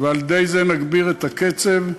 ועל-ידי זה נגביר את הקצב,